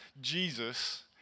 Jesus